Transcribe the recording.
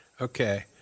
Okay